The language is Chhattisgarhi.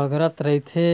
बगरत रहिथे